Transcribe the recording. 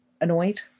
annoyed